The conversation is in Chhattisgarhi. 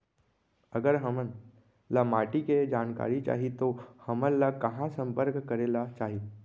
अगर हमन ला माटी के जानकारी चाही तो हमन ला कहाँ संपर्क करे ला चाही?